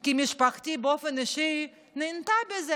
כי משפחתי באופן אישי נהנתה מזה.